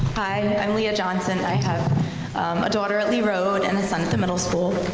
i'm leah johnson, i have a daughter at lee road and a son at the middle school.